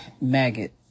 maggot